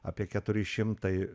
apie keturi šimtai